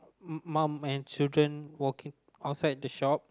mum and children walking outside the shop